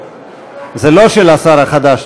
זה לא של השר החדש,